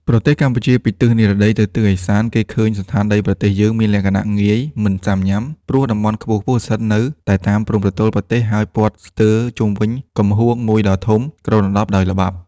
ប្រទេសកម្ពុជា ពីទិសនិរដីទៅទិស ឦសានគេឃើញសណ្ឋានដីប្រទេសយើងមានលក្ខណៈងាយ មិនសាំញាំ ព្រោះតំបន់ខ្ពស់ៗស្ថិតនៅ តែតាមព្រំប្រទល់ប្រទេសហើយព័ទ្ធស្ទើរជុំវិញកំហួងមួយដ៏ធំគ្របដណ្តប់ដោយល្បាប់។